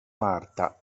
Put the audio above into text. marta